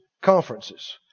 conferences